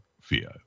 fear